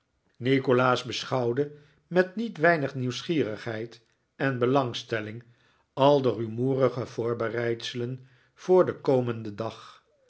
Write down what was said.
nikolaas beschouwde met niet weinig nieuwsgierigheid en belangstelling al de rumoerige voorbereidselen voor den komenden dag